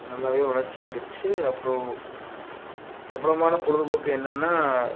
நல்லாவே வளர்ச்சி அடைஞ்சிருச்சி அப்புறம் பிரபலமான பொழுதுபோக்கு என்னென்னால்